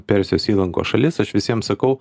persijos įlankos šalis aš visiem sakau